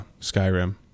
Skyrim